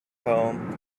poem